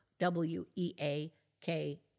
W-E-A-K